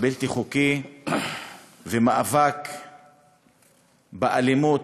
הבלתי-חוקי, והמאבק באלימות,